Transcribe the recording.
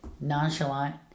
nonchalant